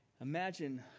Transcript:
Imagine